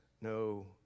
no